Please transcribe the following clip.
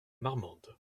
marmande